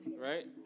right